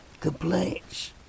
Complaints